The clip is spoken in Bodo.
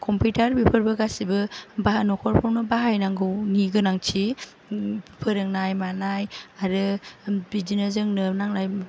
कम्पिउटार बेफोरबो गासैबो बाहा नखरखौनो बाहायनांगौनि गोनांथि फोरोंनाय मानाय आरो बिदिनो जोंनो नांनाय